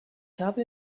habe